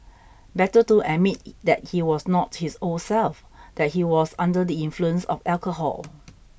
better to admit that he was not his old self that he was under the influence of alcohol